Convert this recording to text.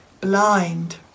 blind